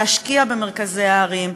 להשקיע במרכזי הערים,